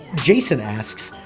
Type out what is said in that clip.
jason asks,